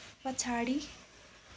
पछाडि